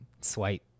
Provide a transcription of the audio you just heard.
swipe